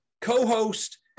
co-host